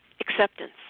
Acceptance